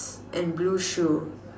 and blue shoe